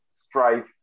Strife